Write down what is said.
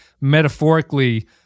metaphorically